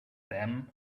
them